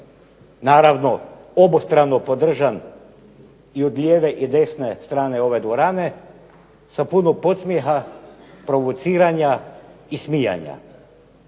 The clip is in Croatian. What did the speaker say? naravno obostrano podržan i od lijeve i desne strane ove dvorane, sa puno podsmijeha, provociranja i smijanja.